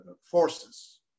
forces